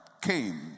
came